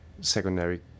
secondary